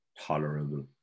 tolerable